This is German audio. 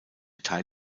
teil